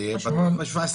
מה-17?